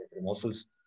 muscles